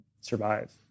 survive